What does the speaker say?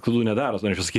klu nedaro norėčiau sakyt